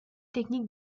technique